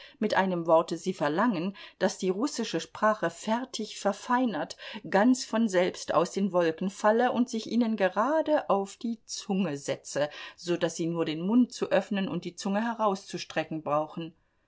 mit einem worte sie verlangen daß die russische sprache fertig verfeinert ganz von selbst aus den wolken falle und sich ihnen gerade auf die zunge setze so daß sie nur den mund zu öffnen und die zunge herauszustrecken brauchen